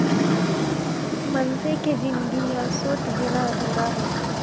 मनसे के जिनगी ह सूत बिना अधूरा हे